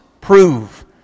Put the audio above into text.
Prove